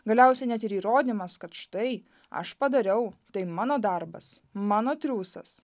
galiausiai net ir įrodymas kad štai aš padariau tai mano darbas mano triūsas